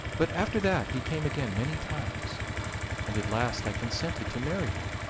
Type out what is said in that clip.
but after that he came again many times and at last i consented to marry him,